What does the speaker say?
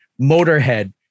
Motorhead